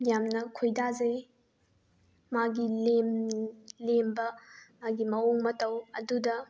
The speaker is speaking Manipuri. ꯌꯥꯝꯅ ꯈꯣꯏꯗꯥꯖꯩ ꯃꯥꯒꯤ ꯂꯦꯝꯕ ꯃꯥꯒꯤ ꯃꯑꯣꯡ ꯃꯇꯧ ꯑꯗꯨꯗ